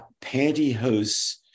pantyhose